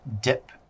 dip